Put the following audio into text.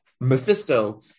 Mephisto